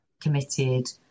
committed